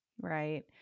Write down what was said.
right